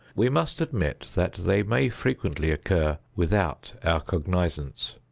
we must admit that they may frequently occur without our cognizance.